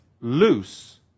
loose